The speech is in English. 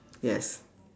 yes